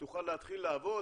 שתוכל להתחיל לעבוד,